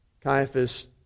Caiaphas